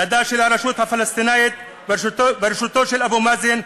ידה של הרשות הפלסטינית בראשותו של אבו מאזן,